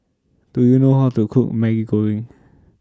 Do YOU know How to Cook Maggi Goreng